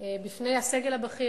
בפני הסגל הבכיר,